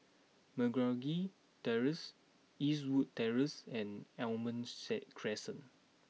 Meragi Terrace Eastwood Terrace and Almond set Crescent